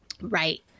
Right